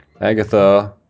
Agatha